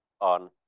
on